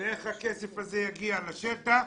ואיך הכסף הזה יגיע לשטח?